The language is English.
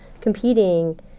competing